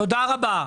תודה רבה.